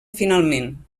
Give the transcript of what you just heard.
finalment